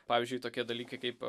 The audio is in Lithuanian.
pavyzdžiui tokie dalykai kaip